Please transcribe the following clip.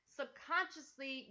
subconsciously